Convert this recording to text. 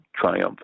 triumph